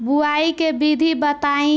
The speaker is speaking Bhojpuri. बुआई के विधि बताई?